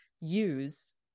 use